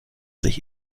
sich